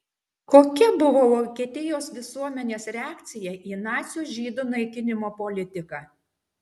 kokia buvo vokietijos visuomenės reakcija į nacių žydų naikinimo politiką